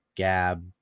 GAB